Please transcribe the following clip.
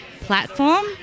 platform